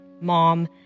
mom